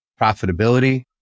profitability